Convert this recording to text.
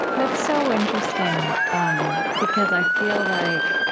that's so interesting um because i feel like